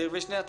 וישניה?